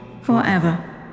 forever